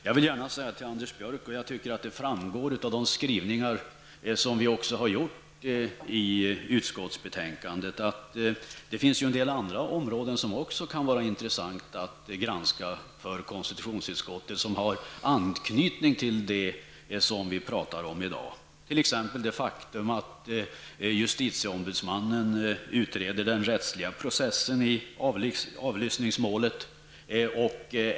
Jag vill gärna säga till Anders Björck, och jag tycker att det framgår av de skrivningar som vi också har gjort i utskottsbetänkandet, att det finns en del andra områden som också kan vara intressanta att granska för utskottet. De har anknytning till det som vi talar om i dag, t.ex. det faktum att justitieombudsmannen utreder den rättsliga processen i avlyssningsmålet.